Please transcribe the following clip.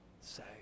say